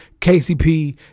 KCP